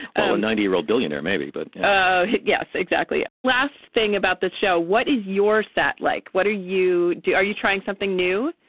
a ninety year old billionaire maybe but yeah yes exactly. last thing about this show what is your set like. what are you do. are you trying something new.